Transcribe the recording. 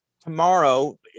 tomorrow